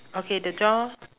okay the door